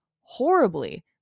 horribly